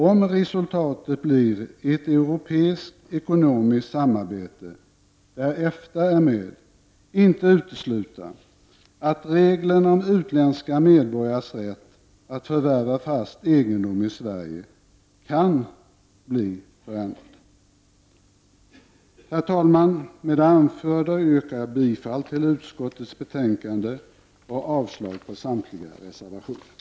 Om resultatet blir ett europeiskt ekonomiskt samarbete där EFTA är med, kan det inte uteslutas att reglerna om utländska medborgares rätt att förvärva fast egendom i Sverige kan bli förändrade. Herr talman! Med det anförda yrkar jag bifall till utskottets hemställan och avslag på samtliga reservationer.